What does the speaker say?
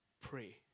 pray